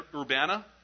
Urbana